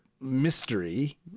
mystery